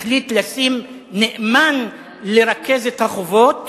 החליט לשים נאמן לרכז את החובות